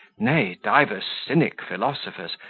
nay, divers cynic philosophers,